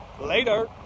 later